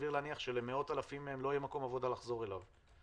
סביר להניח שלמאות אלפים מהם לא יהיה מקום עבודה לחזור אליו.